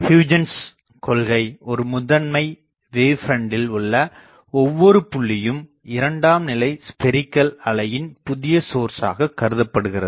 Huygens கொள்கை ஒரு முதன்மை wavefront உள்ள ஒவ்வொரு புள்ளியும் இரண்டாம் நிலை ஸ்பெரிகள் அலையின் புதிய source ஆக கருதப்படுகிறது